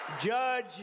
Judge